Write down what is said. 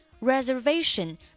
Reservation